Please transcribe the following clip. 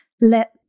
let